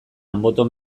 anboto